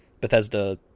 Bethesda